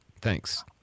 Thanks